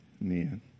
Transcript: men